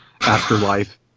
Afterlife